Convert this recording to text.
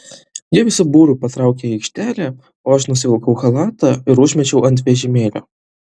jie visu būriu patraukė į aikštelę o aš nusivilkau chalatą ir užmečiau ant vežimėlio